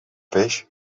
peix